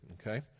Okay